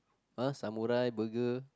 !huh! samurai burger